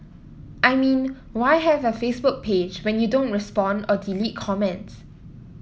I mean why have a Facebook page when you don't respond or delete comments